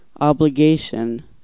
obligation